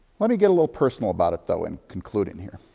let me get a little personal about it, though, in concluding here.